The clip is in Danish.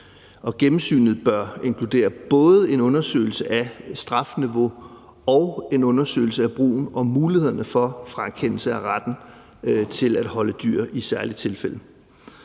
Gennemsynet bør inkludere både en undersøgelse af strafniveau og en undersøgelse af brugen af og mulighederne for frakendelse af retten til at holde dyr i særlige tilfælde.